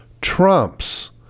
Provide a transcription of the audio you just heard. trumps